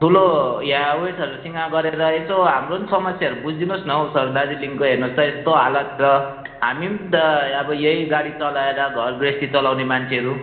ठुलो या उयेसहरूसँग गरेर यसो हाम्रो पनि समस्याहरू बुझिदिनुहोस् न हौ सर दार्जिलिङको हेर्नुहोस् त यस्तो हालत छ हामी पनि त अब यही गाडी चलाएर घर गृहस्थी चलाउने मान्छेहरू